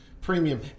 premium